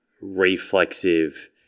reflexive